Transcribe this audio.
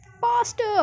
Faster